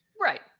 Right